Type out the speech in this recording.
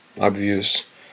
obvious